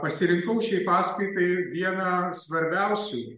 pasirinkau šiai paskaitai vieną svarbiausių